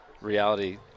Reality